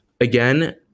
again